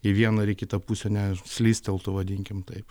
į vieną ir į kitą pusę ne slysteltų vadinkim taip